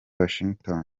washington